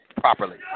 properly